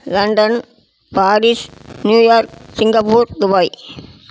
London Paris New York Singapore Dubai